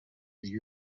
their